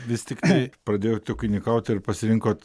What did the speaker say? vis tiktai pradėjot ūkininkaut ir pasirinkot